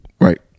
right